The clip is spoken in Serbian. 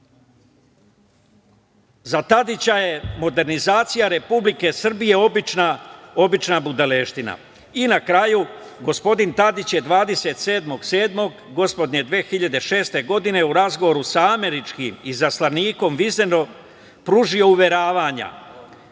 Za Tadića je modernizacija Republike Srbije obična budalaština. Na kraju, gospodin Tadić je 27. 7. gospodnje 2006. godine u razgovoru sa američkim izaslanikom Viznerom pružio uveravanja,